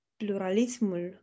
pluralismul